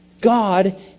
God